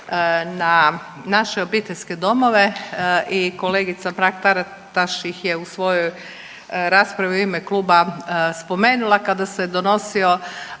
na naše obiteljske domove i kolegica Mrak-Taritaš ih je u svojoj raspravi u ime kluba spomenula kada se donosio